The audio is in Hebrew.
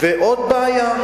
עוד בעיה.